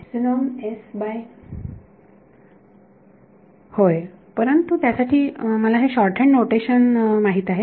विद्यार्थी epsilon S by होय परंतु त्यासाठी मला हे शॉर्टहँड नोटेशन माहित आहे